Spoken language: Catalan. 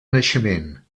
naixement